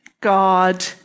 God